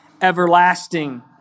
everlasting